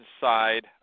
side